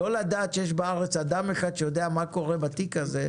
לא לדעת שיש בארץ אדם אחד שיודע מה קורה בתיק הזה,